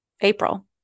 April